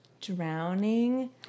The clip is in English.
drowning